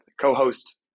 co-host